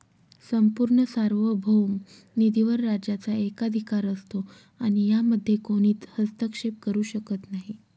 संपूर्ण सार्वभौम निधीवर राज्याचा एकाधिकार असतो आणि यामध्ये कोणीच हस्तक्षेप करू शकत नाही